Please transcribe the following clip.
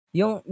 yung